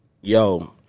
yo